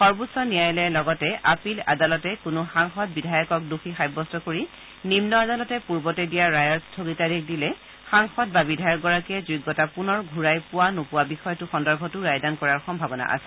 সৰ্বোচ্চ ন্যায়ালয়ে লগতে আপিল আদালতে কোনো সাংসদ বিধায়কক দোষী সাব্যস্ত কৰি নিম্ন আদালতে পূৰ্বতে দিয়া ৰায়ত স্থগিতাদেশ দিলে সাংসদ বা বিধায়কগৰাকীয়ে যোগ্যতা পুনৰ ঘূৰাই পোৱা নোপোৱা বিষয়টো সন্দৰ্ভতো ৰায়দান কৰাৰ সম্ভাৱনা আছে